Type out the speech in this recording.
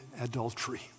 adultery